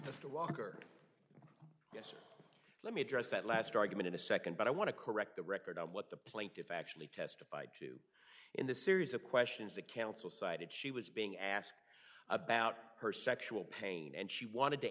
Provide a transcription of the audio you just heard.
mr walker let me address that last argument in a second but i want to correct the record on what the plaintiff actually testified to in the series of questions that counsel cited she was being asked about her sexual pain and she wanted to